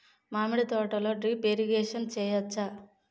మామిడి పంటలో drip irrigation చేయచ్చా?